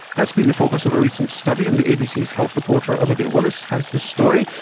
that's been the focus of a recent study, and the abcs health reporter olivia willis has the story.